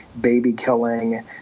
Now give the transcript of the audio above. baby-killing